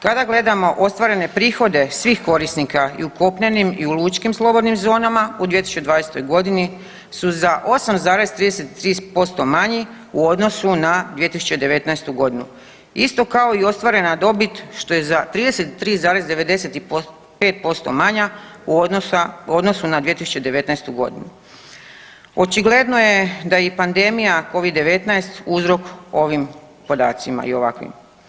Kada gledamo ostvarene prihode svih korisnika, i u kopnenim i u lučkim slobodnim zonama, u 2020. g. su za 8,33% manji u odnosu na 2019. g., isto kao i ostvarena dobit, što je za 33,95% manja u odnosu na 2019. g. Očigledno je da je i pandemija Covid-19 uzrok ovim podacima i ovakvim.